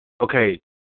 okay